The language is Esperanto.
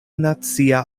nacia